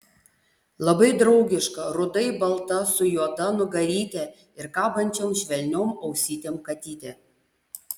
labai draugiška rudai balta su juoda nugaryte ir kabančiom švelniom ausytėm katytė